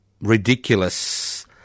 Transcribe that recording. ridiculous